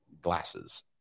glasses